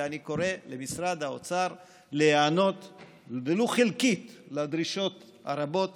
ואני קורא למשרד האוצר להיענות ולו חלקית לדרישות הרבות